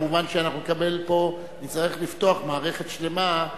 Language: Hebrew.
כמובן שאנחנו נצטרך לפתוח מערכת שלמה,